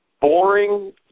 boring